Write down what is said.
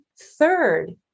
Third